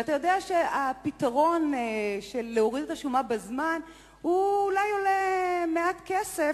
ואתה יודע שהפתרון של להוריד את השומה בזמן אולי עולה מעט כסף,